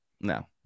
no